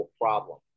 problem